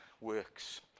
works